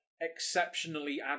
Exceptionally